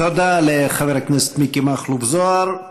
תודה לחבר הכנסת מיקי מכלוף זוהר.